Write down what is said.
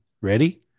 Ready